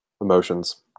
emotions